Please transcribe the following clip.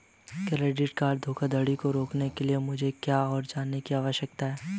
Debit card धोखाधड़ी को रोकने के लिए मुझे और क्या जानने की आवश्यकता है?